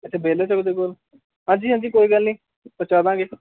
ਅੱਛਾ ਬੇਲਾ ਚੌਂਕ ਦੇ ਕੋਲ ਹਾਂਜੀ ਹਾਂਜੀ ਕੋਈ ਗੱਲ ਨਹੀਂ ਪਹੁੰਚਾ ਦਾਂਗੇ